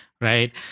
right